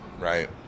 Right